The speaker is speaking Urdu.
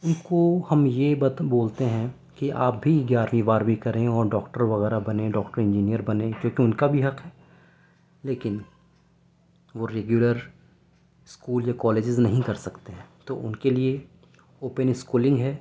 ان کو ہم یہ بولتے ہیں کہ آپ بھی گیارہویں بارہویں کریں اور ڈاکٹر وغیرہ بنیں ڈاکٹر انجینئر بنیں کیوںکہ ان کا بھی حق ہے لیکن وہ ریگولر اسکول یا کالجز نہیں کر سکتے ہیں تو ان کے لیے اوپن اسکولنگ ہے